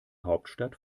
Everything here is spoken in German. hauptstadt